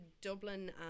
Dublin